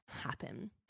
happen